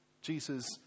Jesus